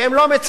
ואם לא מצרים,